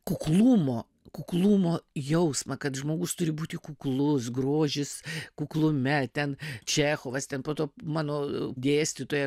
kuklumo kuklumo jausmą kad žmogus turi būti kuklus grožis kuklume ten čechovas ten po to mano dėstytoja